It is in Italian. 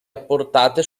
apportate